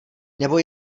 nebo